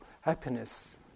happiness